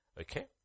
Okay